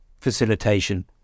facilitation